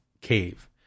cave